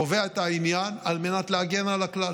קובע את העניין על מנת להגן על הכלל.